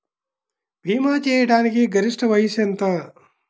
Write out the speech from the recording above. భీమా చేయాటానికి గరిష్ట వయస్సు ఎంత?